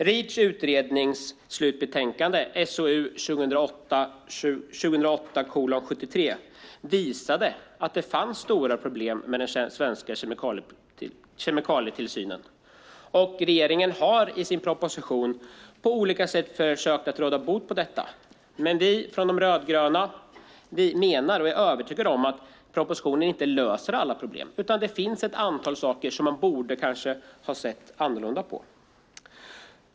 Reachutredningens slutbetänkande, SOU 2008:73, visade att det finns stora problem med den svenska kemikalietillsynen. Regeringen har i sin proposition på olika sätt försökt råda bot på detta. Vi rödgröna menar dock att propositionen inte löser alla problem. Det finns ett antal saker som man borde ha sett annorlunda på.